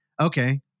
okay